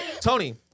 Tony